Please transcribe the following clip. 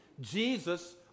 Jesus